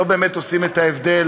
שלא באמת עושים הבדל,